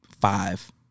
five